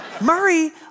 Murray